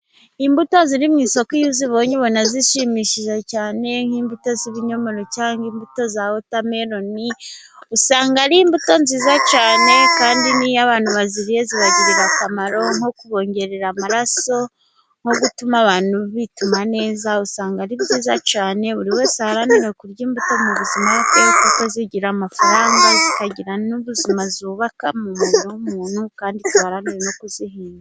Imbuto ziri mu isoko iyo uzibonye ubona zishimishije cyane, nk'imbuto z'ibinyomoro cyangwa imbuto za wotameloni usanga ari imbuto nziza cyane, kandi n'iyo abantu baziriye zibagirira akamaro nko kubongerera amaraso, nko gutuma abantu bituma neza. Usanga ari byiza cyane buri wese aharanire kurya imbuto mu buzima bwe, kuko zigira amafaranga zikagira n'ubuzima zubaka mu mubiri w'umuntu, kandi duharanire no kuzihinga.